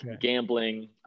gambling